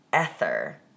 ether